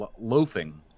loafing